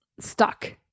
stuck